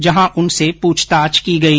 जहां उनसे पूछताछ की गई